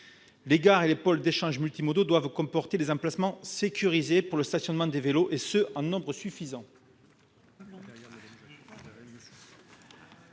les gares et les pôles d'échanges multimodaux doivent comporter des emplacements sécurisés pour le stationnement des vélos, et ce en nombre suffisant.